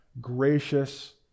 gracious